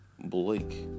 Blake